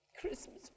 Christmas